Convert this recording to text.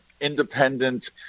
independent